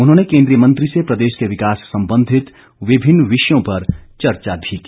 उन्होंने केन्द्रीय मंत्री से प्रदेश के विकास सम्बंधित विभिन्न विषयों पर चर्चा भी की